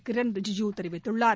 கிரண் ரிஜிஜு தெரிவித்துள்ளார்